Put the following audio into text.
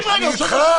איתך,